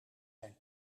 zijn